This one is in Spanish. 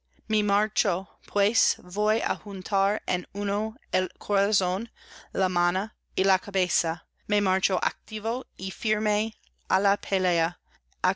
voy á juntar en uno el corazón la mano y la cabeza me marcho activo y ñrme